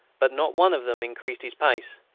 but not one of them increased his pace.